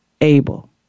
Abel